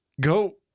go